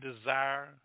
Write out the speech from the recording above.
desire